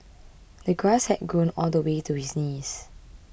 the grass had grown all the way to his knees